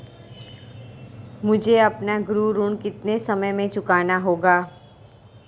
मुझे अपना गृह ऋण कितने समय में चुकाना होगा?